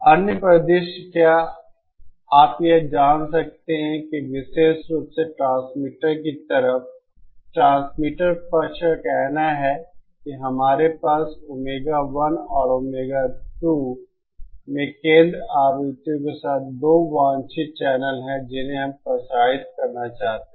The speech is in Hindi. अन्य परिदृश्य क्या आप यह जान सकते हैं कि विशेष रूप से ट्रांसमीटर की तरफ ट्रांसमीटर पक्ष का कहना है कि हमारे पास ओमेगा 1 और ओमेगा 2 में केंद्र आवृत्तियों के साथ 2 वांछित चैनल हैं जिन्हें हम प्रसारित करना चाहते हैं